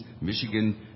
Michigan